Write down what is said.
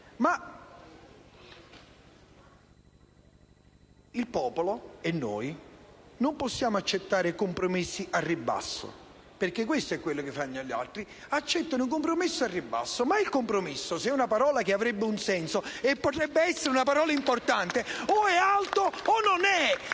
il popolo, neanche noi possiamo accettare compromessi al ribasso, perché questo è quello che fanno gli altri: accettano compromessi al ribasso. Ma il compromesso, se è una parola che avrebbe un senso e potrebbe essere importante, o è alto o non è